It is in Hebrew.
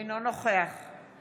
אינו נוכח חוה